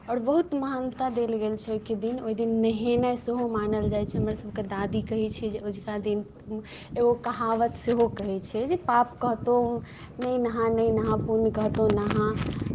आओर बहुत महानता देल गेल छै ओहिके दिन ओहि दिन नहेनाइ सेहो मानल जाइ छै हमरसभके दादी कहै छै जे अजुका दिन एगो कहावत सेहो कहै छै जे पाप कहतौ नहि नहा नहि नहा पुण्य कहतौ नहा